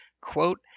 quote